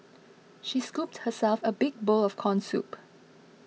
she scooped herself a big bowl of Corn Soup